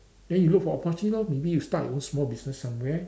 then you look for opporunity lor maybe you start your own small business somewhere